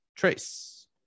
Trace